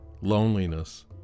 loneliness